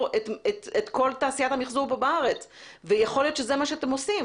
את כל תעשיית המיחזור בארץ ויכול להיות שזה מה שאתם עושים